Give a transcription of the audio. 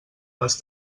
les